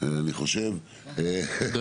אבל כרגע אין לך רשות דיבור.